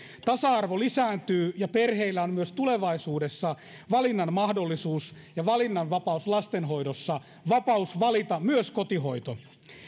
tasa arvo lisääntyy ja perheillä on myös tulevaisuudessa valinnan mahdollisuus ja valinnan vapaus lastenhoidossa vapaus valita myös kotihoito